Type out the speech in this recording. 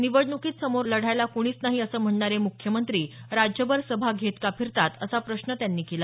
निवडणूकीत समोर लढायला कुणीच नाही असं म्हणणारे मुख्यमंत्री राज्यभर सभा घेत का फिरतात असा प्रश्न त्यांनी केला